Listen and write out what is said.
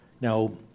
Now